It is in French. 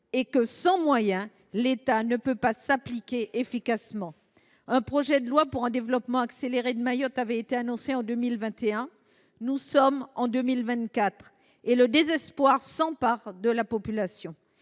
Sans moyens, le droit ne peut s’appliquer efficacement. Un projet de loi pour un développement accéléré de Mayotte avait été annoncé en 2021. Nous sommes en 2024 et le désespoir s’empare de la population.